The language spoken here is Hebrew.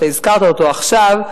אתה הזכרת אותו עכשיו,